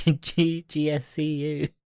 G-G-S-C-U